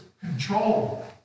control